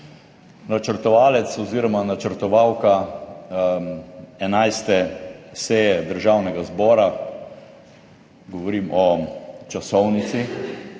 Načrtovalec oziroma načrtovalka 11. seje Državnega zbora, govorim o časovnici,